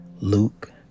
Luke